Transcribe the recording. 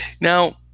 Now